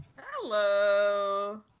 Hello